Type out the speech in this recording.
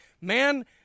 man